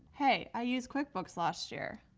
hey, i used quickbooks last year.